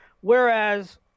Whereas